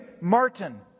Martin